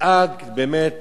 תדאג באמת